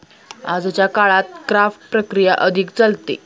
आजच्या काळात क्राफ्ट प्रक्रिया अधिक चालते